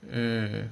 mm